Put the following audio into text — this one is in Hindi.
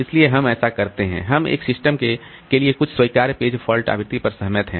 इसलिए हम ऐसा करते हैं हम एक सिस्टम के लिए कुछ स्वीकार्य पेज फॉल्ट आवृत्ति पर सहमत हैं